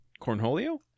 Cornholio